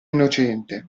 innocente